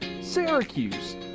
Syracuse